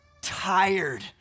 tired